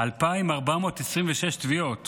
2,426 תביעות